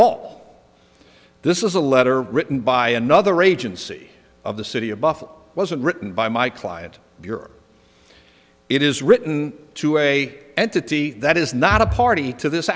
all this is a letter written by another agency of the city of buffalo wasn't written by my client your it is written to a entity that is not a party to this